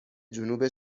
جنوب